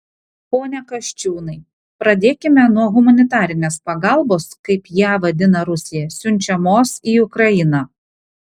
pone kasčiūnai pradėkime nuo humanitarinės pagalbos kaip ją vadina rusija siunčiamos į ukrainą